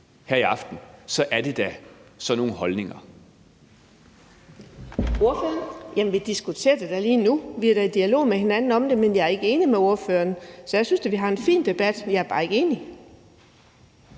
her i aften, så er det da sådan nogle holdninger.